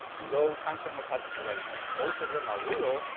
low cancer mortality rates, most of them are rural,